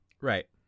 Right